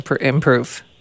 improve